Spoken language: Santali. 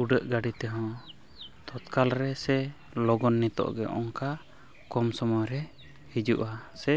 ᱩᱰᱟᱹᱜ ᱜᱟᱹᱰᱤ ᱛᱮᱦᱚᱸ ᱛᱚᱛ ᱠᱟᱞ ᱨᱮ ᱥᱮ ᱞᱚᱜᱚᱱ ᱱᱤᱛᱚᱜ ᱜᱮ ᱱᱚᱝᱠᱟ ᱠᱚᱢ ᱥᱚᱢᱚᱭ ᱨᱮ ᱦᱤᱡᱩᱜᱼᱟ ᱥᱮ